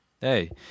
hey